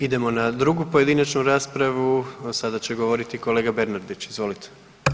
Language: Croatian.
Idemo na 2. pojedinačnu raspravu, sada će govoriti kolega Bernardić, izvolite.